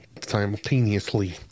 Simultaneously